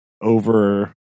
over